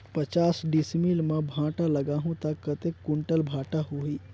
पचास डिसमिल मां भांटा लगाहूं ता कतेक कुंटल भांटा होही?